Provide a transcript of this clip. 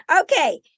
Okay